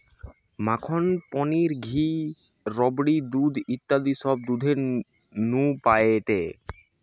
মাখন, পনির, ঘি, রাবড়ি, দুধ ইত্যাদি সব দুধের নু পায়েটে